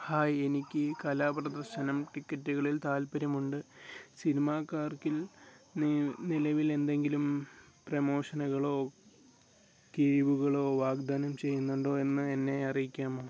hi എനിക്ക് കലാപ്രദർശനം ടിക്കറ്റുകളിൽ താൽപ്പര്യമുണ്ട് സിനിമാകാർക്കിൽ നിലവിലെന്തങ്കിലും പ്രമോഷനുകളോ കിഴിവുകളോ വാഗ്ദാനം ചെയ്യുന്നുണ്ടോ എന്ന് എന്നെ അറിയിക്കാമോ